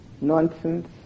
nonsense